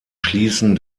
schließen